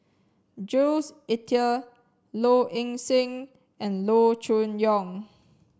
Jules Itier Low Ing Sing and Loo Choon Yong